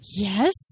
Yes